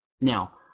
Now